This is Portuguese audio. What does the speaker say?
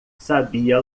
sabia